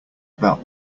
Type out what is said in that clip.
about